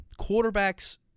quarterbacks